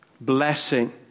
Blessing